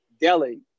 Delhi